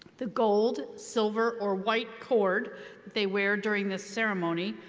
the gold, silver, or white cord they wear during this ceremony.